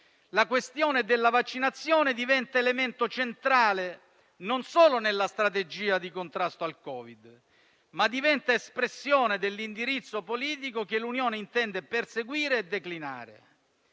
la questione della vaccinazione diventa elemento centrale, non solo nella strategia di contrasto al Covid-19, ma diventa espressione dell'indirizzo politico che l'Unione intende perseguire e declinare;